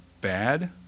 bad